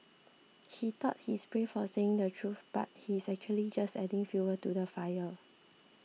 he thought he's brave for saying the truth but he's actually just adding fuel to the fire